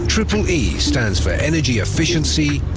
triple e stands for energy efficiency,